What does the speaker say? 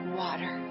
water